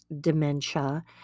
dementia